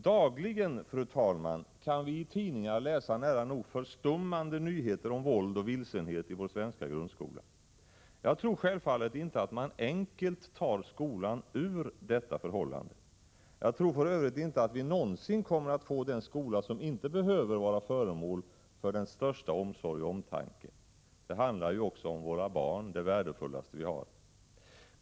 Dagligen kan vi i tidningar läsa nära nog förstummande nyheter om våld och vilsenhet i vår svenska grundskola. Självfallet tror jag inte att man enkelt tar skolan ur detta förhållande. Jag tror för övrigt inte att vi någonsin kommer att få en skola som inte behöver vara föremål för den största omsorg och omtanke — det handlar ju om våra barn, det värdefullaste vi har.